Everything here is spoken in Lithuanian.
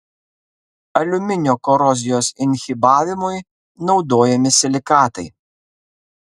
aliuminio korozijos inhibavimui naudojami silikatai